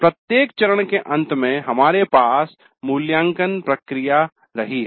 प्रत्येक चरण के अंत में हमें मूल्याङ्कन प्रक्रिया का पालन करना चाहिए